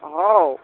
ꯑꯥ ꯍꯥꯎ